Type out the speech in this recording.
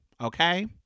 okay